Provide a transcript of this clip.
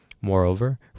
Moreover